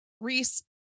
Reese